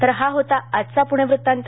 तर हा होता आजचा प्णे वृतांत